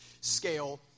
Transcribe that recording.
scale